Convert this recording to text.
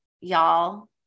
Y'all